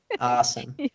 awesome